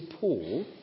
Paul